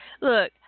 Look